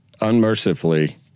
unmercifully